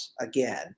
again